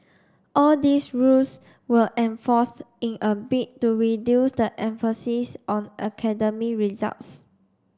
all these rules were enforced in a bid to reduce the emphasis on academic results